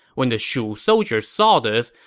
when the shu soldiers saw this,